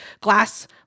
Glass